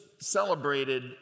celebrated